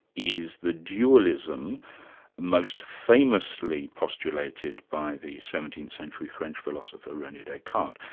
is the dualism most famously postulated by the seventeenth century french philosopher rene descartes.